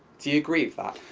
do you agree with that?